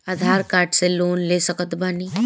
आधार card से loan ले सकत बणी?